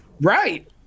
Right